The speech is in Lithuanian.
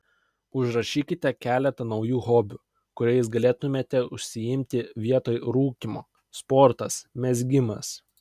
užrašykite keletą naujų hobių kuriais galėtumėte užsiimti vietoj rūkymo sportas mezgimas